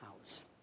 house